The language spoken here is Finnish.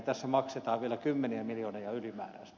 tässä maksetaan vielä kymmeniä miljoonia ylimääräistä